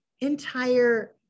entire